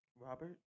Robert